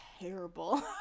terrible